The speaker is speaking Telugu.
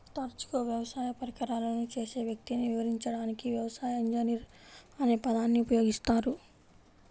తరచుగా వ్యవసాయ పరికరాలను చేసే వ్యక్తిని వివరించడానికి వ్యవసాయ ఇంజనీర్ అనే పదాన్ని ఉపయోగిస్తారు